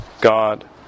God